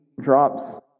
drops